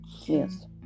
Yes